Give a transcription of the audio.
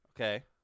Okay